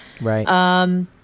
right